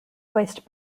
voiced